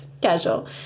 casual